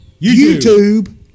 YouTube